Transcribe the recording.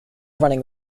running